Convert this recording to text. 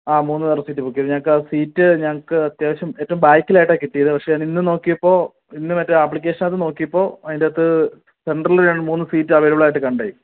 ആ മൂന്നു പേർക്ക് സീറ്റ് ബുക്ക് ചെയ്തു ഞങ്ങൾക്ക് ആ സീറ്റ് ഞങ്ങൾക്ക് അത്യാവശ്യം ഏറ്റവും ബാക്കിലായിട്ടാണ് കിട്ടിയത് പക്ഷെ അതിൽ നിന്ന് നോക്കിയപ്പോൾ ഇന്ന് മറ്റെ ആപ്ലിക്കേഷനകത്ത് നോക്കിയപ്പോൾ അതിനകത്ത് സെൻറ്ററില് മൂന്ന് സീറ്റ് അവൈലബിൾ ആയിട്ട് കണ്ടു